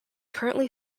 currently